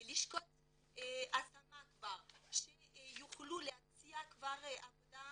לשכות השמה כבר שיוכלו להציע כבר עבודה